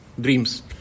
dreams